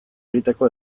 egiteko